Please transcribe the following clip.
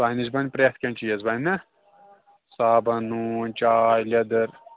تۄہہِ نِش بَنہِ پرٛٮ۪تھ کیٚنٛہہ چیٖز بَنہِ نا صابَن نوٗن چاے لیٚدٕر